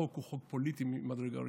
החוק הוא חוק פוליטי ממדרגה ראשונה.